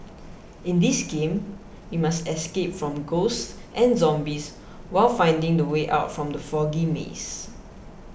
in this game you must escape from ghosts and zombies while finding the way out from the foggy maze